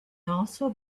also